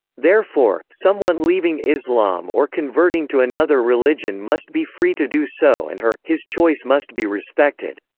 therefore, someone leaving islam or converting to another religion must be free to do so and her his choice must be respected.